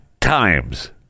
times